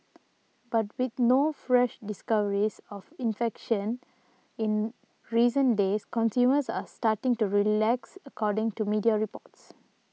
but with no fresh discoveries of infections in recent days consumers are starting to relax according to media reports